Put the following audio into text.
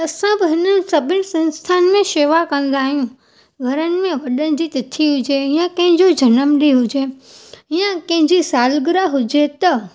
असां बि हिननि सभिनि संस्थाउनि में शेवा कंदा आहियूं घरनि में वॾनि जी तिथी हुजे यां कंहिं जो जनम ॾींहुं हुजे यां कंहिंजी सालगिरह हुजे त